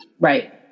Right